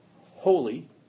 holy